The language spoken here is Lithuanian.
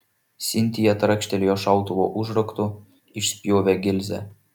sintija trakštelėjo šautuvo užraktu išspjovė gilzę